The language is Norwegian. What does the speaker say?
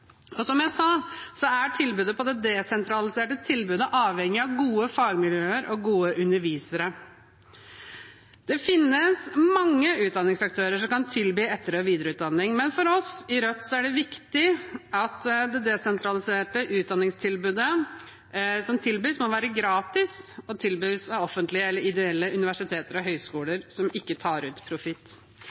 Som jeg sa, er det desentraliserte tilbudet avhengig av gode fagmiljøer og gode undervisere. Det finnes mange utdanningsaktører som kan tilby etter- og videreutdanning, men for oss i Rødt er det viktig at det desentraliserte utdanningstilbudet må være gratis og tilbys av offentlige eller ideelle universiteter og høyskoler, som ikke tar ut profitt.